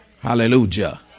Hallelujah